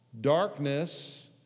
darkness